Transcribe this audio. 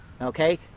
okay